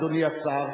אדוני השר,